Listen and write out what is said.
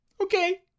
Okay